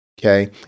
okay